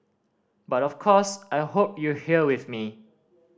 but of course I hope you're here with me